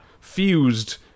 fused